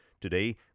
Today